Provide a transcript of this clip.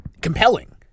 compelling